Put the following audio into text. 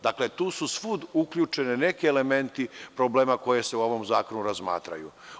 Dakle, tu su svuda uključeni neki elementi problema koji se u ovom zakonu razmatraju.